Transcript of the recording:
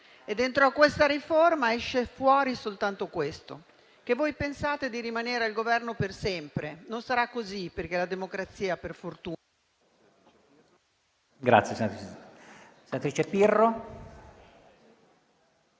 Dentro a questa riforma esce fuori soltanto questo: voi pensate di rimanere al Governo per sempre. Non sarà così, perché la democrazia, per fortuna...